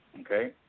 Okay